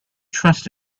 trust